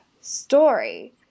story